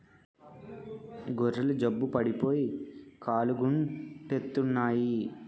గొర్రెలు జబ్బు పడిపోయి కాలుగుంటెత్తన్నాయి